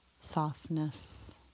softness